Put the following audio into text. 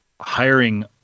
hiring